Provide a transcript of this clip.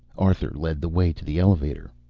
arthur led the way to the elevator.